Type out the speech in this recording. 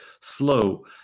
slow